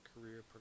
career